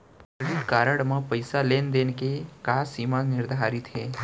Credit card म पइसा लेन देन के का सीमा निर्धारित हे?